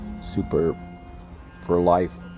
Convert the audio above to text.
super-for-life